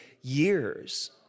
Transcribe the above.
years